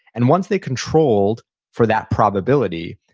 and once they controlled for that probability,